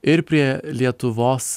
ir prie lietuvos